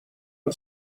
una